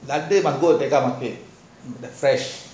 laddu fresh